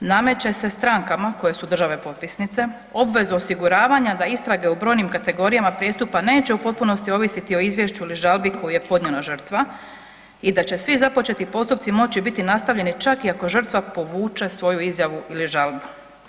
Nameće se strankama koje su države potpisnice, obvezu osiguravanja da istrage u brojnim kategorijama prijestupa neće u potpunosti ovisiti o izvješću ili žalbi koju je podnijela žrtva i da će svi započeti postupci moći biti nastavljeni čak i ako žrtva povuče svoju izjavu ili žalbu.